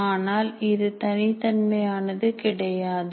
ஆனால் இது தனித்தன்மையானது கிடையாது